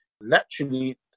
naturally